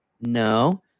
No